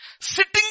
Sitting